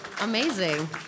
amazing